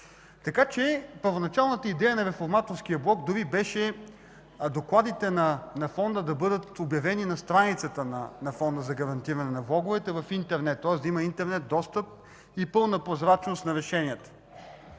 банка. Дори първоначалната идея на Реформаторския блок беше докладите на Фонда да бъдат обявени на страниците на Фонда за гарантиране на влоговете в интернет, тоест да има интернет достъп и пълна прозрачност на решенията.